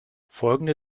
folgende